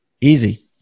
Easy